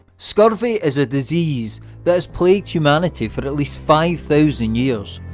scurvy is a disease that has plagued humanity for at least five thousand years,